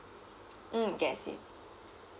mm K I see